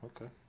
Okay